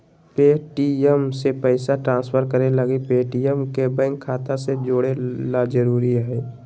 Paytm से पैसा transfer करे लगी पेटीएम के बैंक खाता से जोड़े ल जरूरी हय